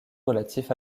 relatifs